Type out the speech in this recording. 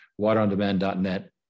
waterondemand.net